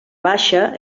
baixa